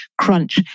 crunch